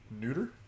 Neuter